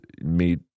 meet